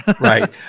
Right